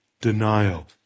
denial